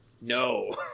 No